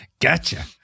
Gotcha